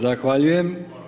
Zahvaljujem.